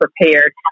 prepared